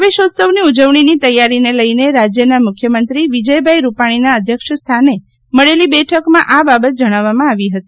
પ્રવેશોત્સવની ઉજવણીની તૈયારીને લઇને રાજ્યના મુખ્યમંત્રી વિજયભાઈ રૂપાણીનાં અધ્યક્ષ સ્થાને મળેલી બેઠકમાં આ બાબત જણાવામાં આવી હતી